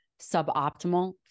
suboptimal